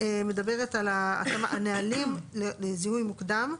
מדברת על נהלים לזיהוי מוקדם,